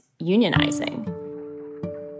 unionizing